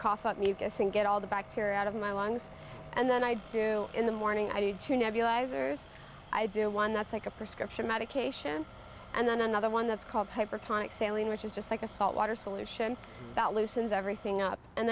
cough up new guessing get all the bacteria out of my lungs and then i do in the morning i did two nebulizers i do one that's like a prescription medication and then another one that's called hypertonic sailing which is just like a salt water solution that loosens everything up and